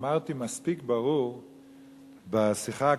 אמרתי מספיק ברור בשיחה הקודמת,